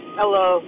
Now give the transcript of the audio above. hello